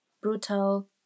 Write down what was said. brutal